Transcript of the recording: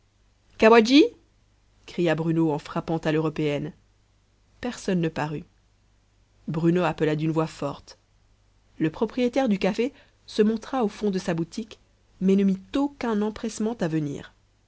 cawadji cria bruno en frappant à l'européenne personne ne parut bruno appela d'une voix forte le propriétaire du café se montra au fond de sa boutique mais ne mit aucun empressement à venir